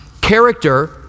character